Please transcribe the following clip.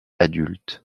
adulte